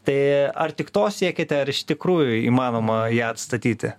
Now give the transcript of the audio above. tai ar tik to siekiate ar iš tikrųjų įmanoma ją atstatyti